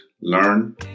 learn